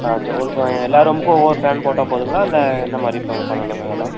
ஆ செ ஒரு எல்லா ரூம்க்கு ஒவ்வொரு ஃபேன் போட்டால் போதுங்களா இல்லை எந்த மாரி ஃபேன் பண்ணனுங்க இதெல்லாம்